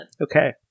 Okay